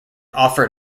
offer